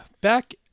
back